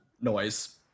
noise